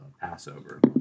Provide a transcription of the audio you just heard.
Passover